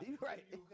Right